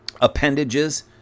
appendages